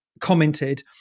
commented